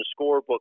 scorebook